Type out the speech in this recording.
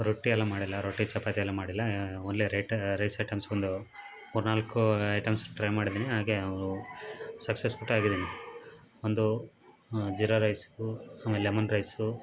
ರೊಟ್ಟಿ ಎಲ್ಲ ಮಾಡಿಲ್ಲ ರೊಟ್ಟಿ ಚಪಾತಿಯೆಲ್ಲ ಮಾಡಿಲ್ಲ ಓನ್ಲಿ ರೇಟ್ ರೈಸ್ ಐಟೆಮ್ಸ್ ಒಂದು ಮೂರು ನಾಲ್ಕು ಐಟೆಮ್ಸ ಟ್ರೈ ಮಾಡಿದ್ದೀನಿ ಹಾಗೆ ಸಕ್ಸೆಸ್ ಕೂಡ ಆಗಿದ್ದೀನಿ ಒಂದು ಜೀರಾ ರೈಸು ಆಮೇಲೆ ಲೆಮನ್ ರೈಸು